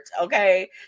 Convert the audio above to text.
okay